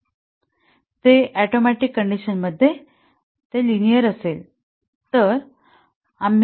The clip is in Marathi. ते ऍटोमिक कण्डिशन मध्ये ते लिनियर असेल